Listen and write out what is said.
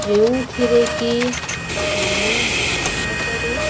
ଯେଉଁଥିରେକିି ଆମ ଭାରତରେ